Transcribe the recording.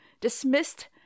dismissed